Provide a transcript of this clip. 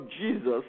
Jesus